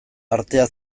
artea